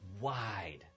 Wide